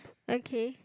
okay